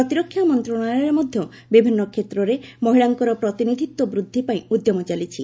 ପ୍ରତିରକ୍ଷା ମନ୍ତ୍ରଶାଳୟରେ ମଧ୍ୟ ବିଭିନ୍ନ କ୍ଷେତ୍ରରେ ମହିଳାଙ୍କ ପ୍ରତିନିଧିତ୍ୱ ବୃଦ୍ଧି ପାଇଁ ଉଦ୍ୟମ ଚାଲିଛି